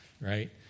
right